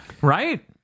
Right